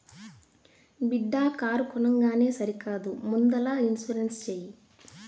బిడ్డా కారు కొనంగానే సరికాదు ముందల ఇన్సూరెన్స్ చేయి